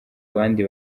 abandi